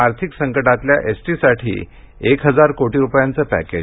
आर्थिक संकटातल्या S T साठी एक हजार कोटी रुपयांचं पॅकेज